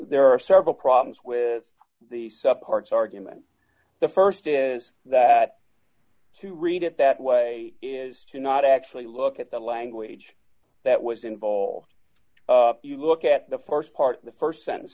there are several problems with the sup parts argument the st is that to read it that way is to not actually look at the language that was involved you look at the st part the st sentence